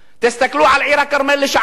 תסתכלו על עיר-הכרמל לשעבר,